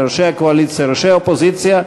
לראשי הקואליציה וראשי האופוזיציה,